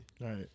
Right